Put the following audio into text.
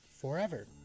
forever